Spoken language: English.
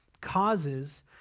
causes